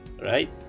right